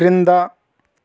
క్రింద